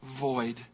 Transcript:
void